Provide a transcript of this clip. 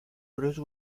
bruce